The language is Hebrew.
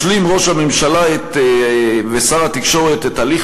השלים ראש הממשלה ושר התקשורת את הליך